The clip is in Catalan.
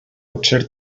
potser